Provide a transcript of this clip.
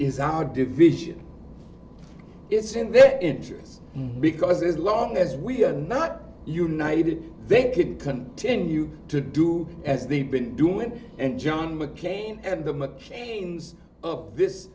is our division is in their interest because as long as we are not united they could continue to do as the been doing and john mccain and the machines of this